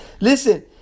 Listen